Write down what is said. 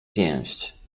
pięść